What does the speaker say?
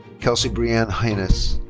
kelsey breanne and heinis.